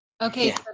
Okay